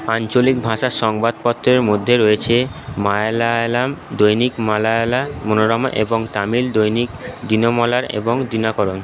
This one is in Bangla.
আঞ্চলিক ভাষার সংবাদপত্রের মধ্যে রয়েছে মালায়ালাম দৈনিক মালায়ালা মনোরমা এবং তামিল দৈনিক দিনমলার এবং দিনাকরণ